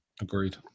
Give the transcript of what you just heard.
Agreed